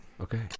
Okay